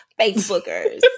Facebookers